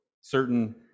Certain